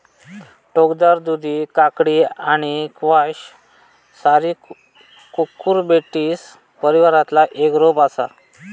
टोकदार दुधी काकडी आणि स्क्वॅश सारी कुकुरबिटेसी परिवारातला एक रोप असा